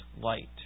light